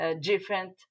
different